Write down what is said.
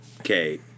Okay